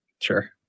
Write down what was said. sure